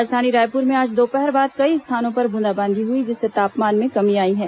राजधानी रायपुर में आज दोपहर बाद कई स्थानों पर ब्रंदाबांदी हुई जिससे तापमान में कमी आई है